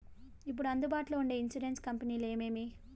ఇప్పుడు అందుబాటులో ఉండే ఇన్సూరెన్సు కంపెనీలు ఏమేమి?